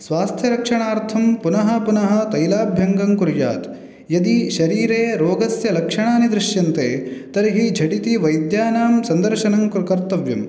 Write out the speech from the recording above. स्वास्थ्यरक्षणार्थं पुनः पुनः तैलाभ्यङ्गं कुर्यात् यदि शरीरे रोगस्य लक्षणानि दृश्यन्ते तर्हि झटिति वैद्यानां सन्दर्शनं कर्तव्यं